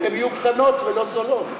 הן יהיו קטנות ולא זולות.